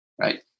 right